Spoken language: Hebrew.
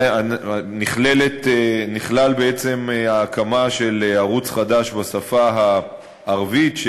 נכללה בעצם ההקמה של ערוץ חדש בשפה הערבית,